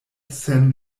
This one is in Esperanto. sen